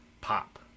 pop